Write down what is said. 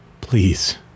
Please